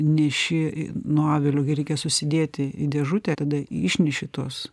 neši nuo avilio reikia susidėti į dėžutę tada išneši tos